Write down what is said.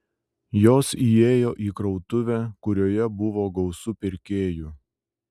jos įėjo į krautuvę kurioje buvo gausu pirkėjų